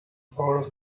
proud